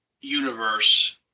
universe